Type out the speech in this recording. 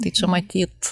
tai čia matyt